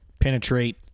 Penetrate